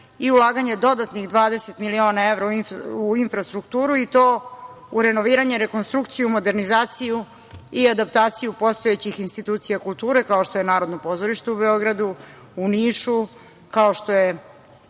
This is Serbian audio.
i ulaganje dodatnih 20 miliona evra u infrastrukturu, i to u renoviranje, rekonstrukciju, modernizaciju i adaptaciju postojećih institucija kulture, kao što je Narodno pozorište u Beogradu, u Nišu, kao što je